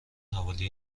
حوالی